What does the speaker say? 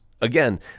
again